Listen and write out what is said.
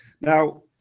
Now